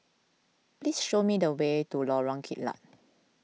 please show me the way to Lorong Kilat